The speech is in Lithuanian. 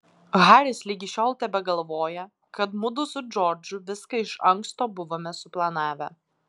haris ligi šiol tebegalvoja kad mudu su džordžu viską iš anksto buvome suplanavę